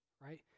Right